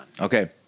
Okay